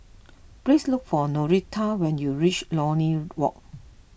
please look for Norita when you reach Lornie Walk